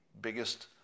biggest